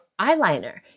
eyeliner